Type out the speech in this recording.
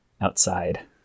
outside